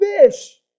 fish